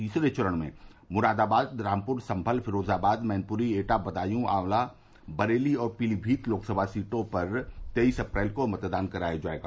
तीसरे चरण में मुरादाबाद रामपुर संभल फिरोजाबाद मैनपुरी एटा बदायू आंवला बरेली और पीलीभीत लोकसभा सीट पर तेईस अप्रैल को मतदान कराया जायेगा